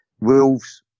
Wolves